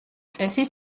წესი